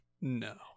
No